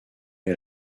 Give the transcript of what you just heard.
est